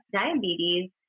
diabetes